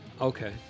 Okay